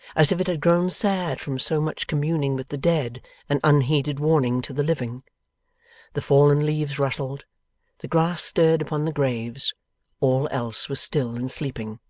as if it had grown sad from so much communing with the dead and unheeded warning to the living the fallen leaves rustled the grass stirred upon the graves all else was still and sleeping.